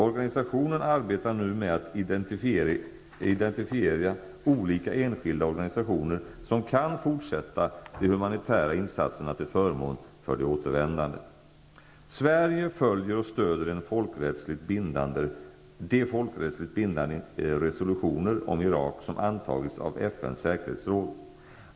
Organisationen arbetar nu med att identifiera olika enskilda organisationer som kan fortsätta de humanitära insatserna till förmån för de återvändande. Sverige följer och stödjer de folkrättsligt bindande resolutioner om Irak som antagits av FN:s säkerhetsråd.